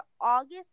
August